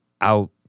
out